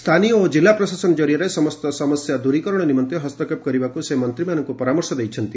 ସ୍ଥାନୀୟ ଓ ଜିଲ୍ଲା ପ୍ରଶାସନ ଜରିଆରେ ସମସ୍ତ ସମସ୍ୟା ଦୂରୀକରଣ ନିମନ୍ତେ ହସ୍ତକ୍ଷେପ କରିବାକୁ ସେ ମନ୍ତ୍ରୀମାନଙ୍କୁ ପରାମର୍ଶ ଦେଇଛନ୍ତି